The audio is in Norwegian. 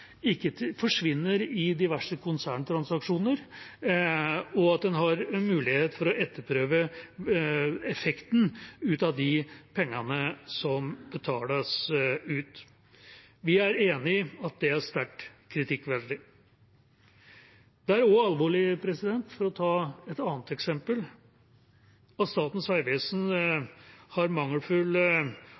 forsvinner i diverse konserntransaksjoner, og at en har mulighet til å etterprøve effekten av de pengene som betales ut. Vi er enig i at det er sterkt kritikkverdig. Det er også alvorlig, for å ta et annet eksempel, at Statens vegvesen har mangelfull